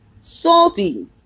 Salty